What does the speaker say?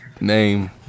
name